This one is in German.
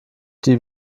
die